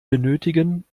benötigen